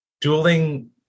dueling